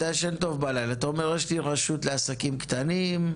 אתה אומר: "יש לי רשות לעסקים קטנים,